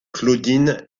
claudine